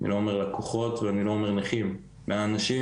לא אומר לקוחות ואני לא אומר נכים באנשים